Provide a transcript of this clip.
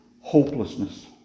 Hopelessness